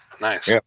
nice